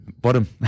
bottom